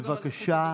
בבקשה.